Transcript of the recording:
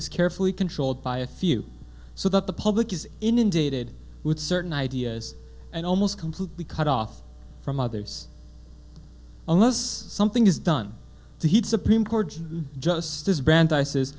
is carefully controlled by a few so that the public is inundated with certain ideas and almost completely cut off from others unless something is done to heat supreme court justice brandeis